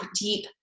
deep